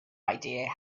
idea